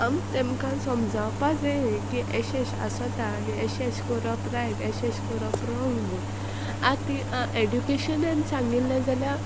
आम तेमकां सोमजावपा जाय की एशें एशें आसोता आनी एशेंच कोरोप रायट एशेंश कोरप रोंग मू आतां एड्युकेशनान सांगिल्लें जाल्यार